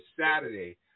Saturday